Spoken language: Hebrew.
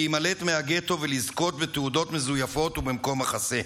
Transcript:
להימלט מהגטו ולזכות בתעודות מזויפות ובמקום מחסה.